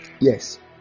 Yes